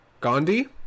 Gandhi